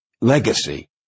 legacy